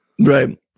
Right